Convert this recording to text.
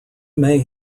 may